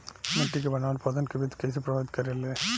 मिट्टी के बनावट पौधन के वृद्धि के कइसे प्रभावित करे ले?